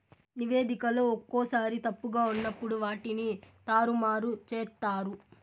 నివేదికలో ఒక్కోసారి తప్పుగా ఉన్నప్పుడు వాటిని తారుమారు చేత్తారు